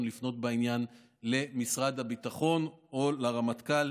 לפנות בעניין למשרד הביטחון או לרמטכ"ל,